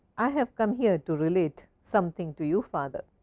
i have come here to relate something to you father.